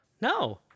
No